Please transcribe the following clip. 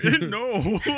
no